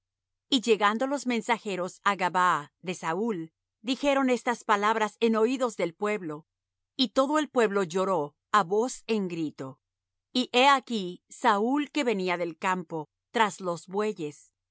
y llegando los mensajeros á gabaa de saúl dijeron estas palabras en oídos del pueblo y todo el pueblo lloró á voz en grito y he aquí saúl que venía del campo tras los bueyes